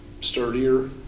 sturdier